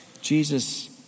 Jesus